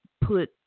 put